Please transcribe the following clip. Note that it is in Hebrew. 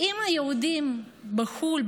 אם היהודים בחו"ל,